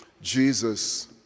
Jesus